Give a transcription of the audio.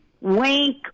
Wink